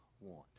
want